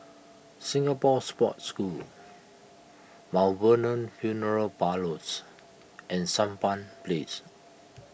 Singapore Sports School Mount Vernon funeral Parlours and Sampan Place